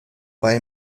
bei